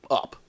up